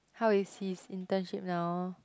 how is his internship now